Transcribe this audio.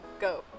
go